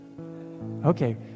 Okay